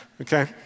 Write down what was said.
Okay